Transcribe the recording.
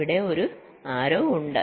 ഇവിടെ ഒരു ആരോ ഉണ്ട്